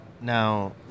Now